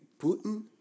Putin